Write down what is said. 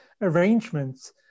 arrangements